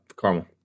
caramel